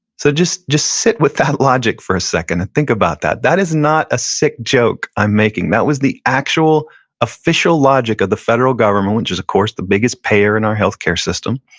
so just just sit with that logic for a second and think about that. that is not a sick joke i'm making, that was the actual official logic of the federal government which is, of course, the biggest payer in our healthcare system.